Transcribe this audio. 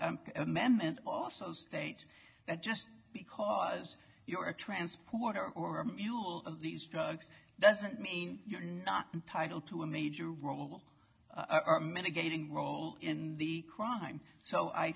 this amendment also states that just because you're a transporter or a mule of these drugs doesn't mean you're not entitled to a major role are many getting role in the crime so i